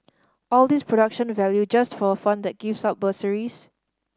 all this production value just for a fund that gives out bursaries